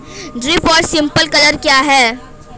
Drip और sprinkler क्या हैं?